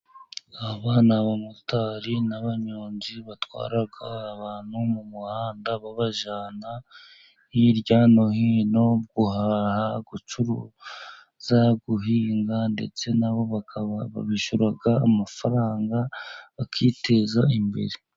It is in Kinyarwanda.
Abana b'abamotari n'abanyonzi，batwara abantu mu muhanda bajyana hirya no hino， guhaha，gucuruza，guhinga， ndetse nabo bakaba babishyura amafaranga bakiteza imbere.